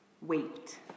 Wait